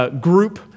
group